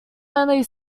only